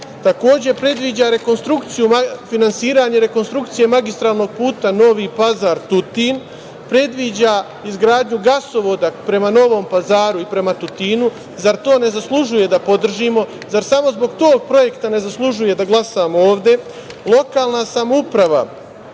predviđa finansiranje rekonstrukcije magistralnog puta Novi Pazar – Tutin, predviđa izgradnju gasovoda prema Novom Pazaru i prema Tutinu. Zar to ne zaslužuje da podržimo, zar samo zbog tog projekta ne zaslužuje da glasamo ovde? Lokalna samouprava